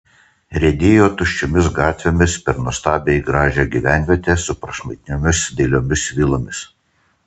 riedėjo tuščiomis gatvėmis per nuostabiai gražią gyvenvietę su prašmatniomis dailiomis vilomis